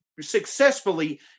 successfully